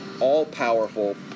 all-powerful